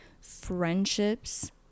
friendships